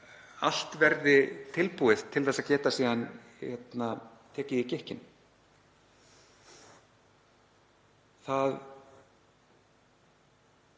allt verði tilbúið til að geta síðan tekið í gikkinn. Það